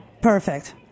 Perfect